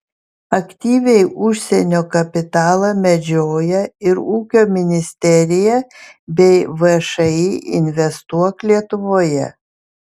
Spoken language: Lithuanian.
aktyviai užsienio kapitalą medžioja ir ūkio ministerija bei všį investuok lietuvoje